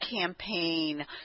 campaign